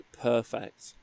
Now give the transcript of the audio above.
Perfect